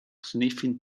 sniffing